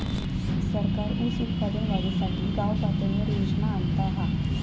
सरकार ऊस उत्पादन वाढीसाठी गावपातळीवर योजना आणता हा